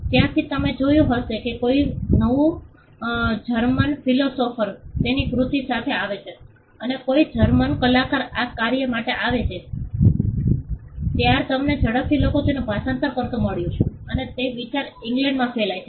તેથી જ્યારે તમે જોયું કે કોઈ નવું જર્મન ફિલોસોફર તેની કૃતિ સાથે આવે છે અથવા કોઈ જર્મન કલાકાર આ કાર્ય સાથે આવે છે ત્યારે તમને ઝડપથી લોકો તેનું ભાષાંતર કરતું મળ્યું છે અને તે વિચાર ઇંગ્લેંડમાં ફેલાય છે